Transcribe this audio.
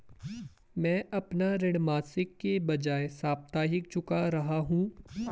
मैं अपना ऋण मासिक के बजाय साप्ताहिक चुका रहा हूँ